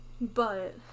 but-